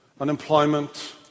unemployment